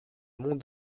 mont